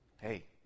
Hey